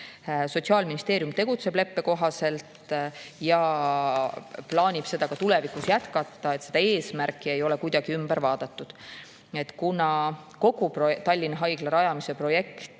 Sotsiaalministeerium tegutseb leppe kohaselt ja plaanib seda ka tulevikus jätkata, seda eesmärki ei ole kuidagi ümber vaadatud. Kuna kogu Tallinna Haigla rajamise projekt